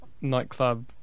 nightclub